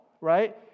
right